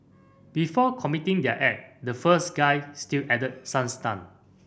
before committing their act the first guy still acted some stunt